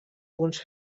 punts